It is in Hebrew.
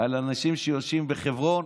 על אנשים שיושבים בחברון